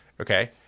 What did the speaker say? okay